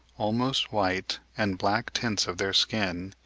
almost white and black tints of their skin,